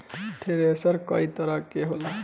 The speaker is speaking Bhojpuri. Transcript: थ्रेशर कई तरीका के होला